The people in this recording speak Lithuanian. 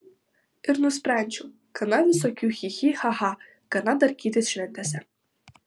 ir nusprendžiau gana visokių chi chi cha cha gana darkytis šventėse